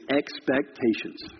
expectations